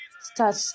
start